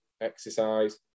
exercise